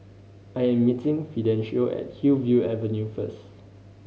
I am meeting Fidencio at Hillview Avenue first